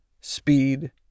speed